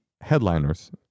headliners